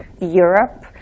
Europe